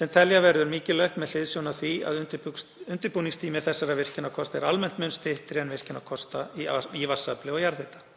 sem telja verður mikilvægt með hliðsjón af því að undirbúningstími þessara virkjunarkosta er almennt mun styttri en virkjunarkosta í vatnsafli og jarðhita.